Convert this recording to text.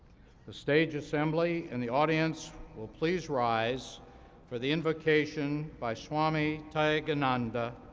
the stage assembly and the audience will please rise for the invocation by swami tyagananda,